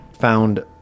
found